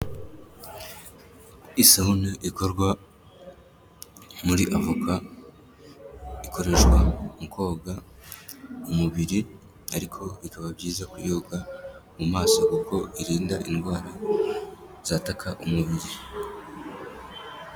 Isabune ikorwa muri avoka ikoreshwa mu koga umubiri ariko bikaba byiza kuyoga mu maso kuko irinda indwara zataka umubiri.